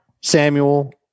Samuel